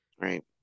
Right